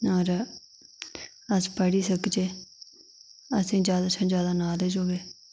और अस पढ़ी सकचै असेंई जादा शा जादा नालेज होऐ